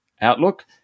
outlook